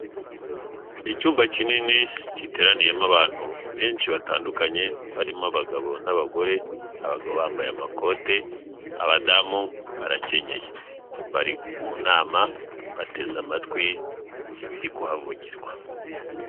Icyumba kinini giteraniyemo abantu benshi batandukanye harimo abagabo n'abagore, abagabo bambaye amakoti, abadamu barakenyeye bari mu nama bateze amatwi ibiri kuhavugirwa.